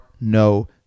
no